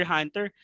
Hunter